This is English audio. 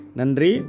nandri